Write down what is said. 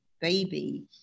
baby